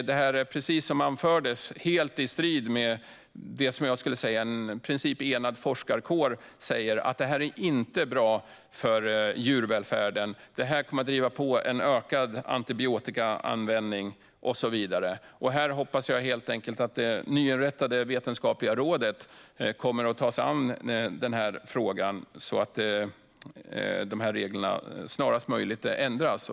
Det här står, precis som anfördes, helt i strid med det som sägs av vad jag skulle säga är en i princip enad forskarkår: Det här är inte bra för djurvälfärden. Det kommer att driva på ökad antibiotikaanvändning och så vidare. Jag hoppas helt enkelt att det nyinrättade vetenskapliga rådet kommer att ta sig an frågan, så att de här reglerna snarast möjligt ändras.